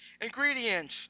Ingredients